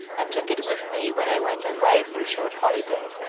and took it with me when i went away for a short holiday.